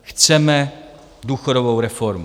Chceme důchodovou reformu.